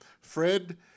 Fred